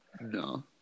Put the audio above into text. No